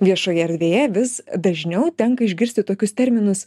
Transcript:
viešoje erdvėje vis dažniau tenka išgirsti tokius terminus